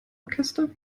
orchester